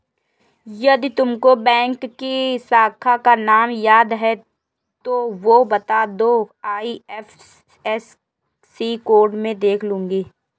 यदि तुमको बैंक की शाखा का नाम याद है तो वो बता दो, आई.एफ.एस.सी कोड में देख लूंगी